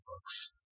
books